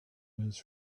his